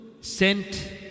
sent